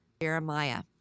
Jeremiah